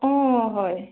অ হয়